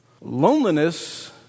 loneliness